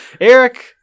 Eric